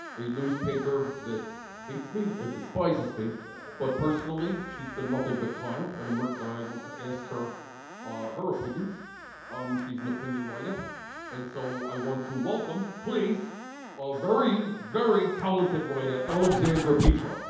a newspaper that hates me it despises me but personally she's been nothing but kind and um i want to ask her her opinions um she's an opinion writer and so i want to welcome, please a very, very talented writer, alexandra petri.